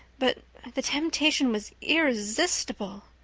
but the temptation was irresistible.